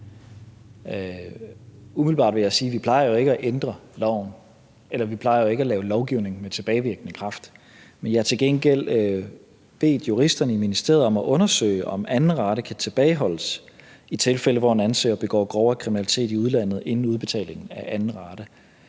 Umiddelbart vil jeg sige, at vi ikke plejer at lave lovgivning med tilbagevirkende kraft, men jeg har til gengæld bedt juristerne i ministeriet om at undersøge, om anden rate kan tilbageholdes, i tilfælde hvor en ansøger begår grovere kriminalitet i udlandet inden udbetalingen af anden rate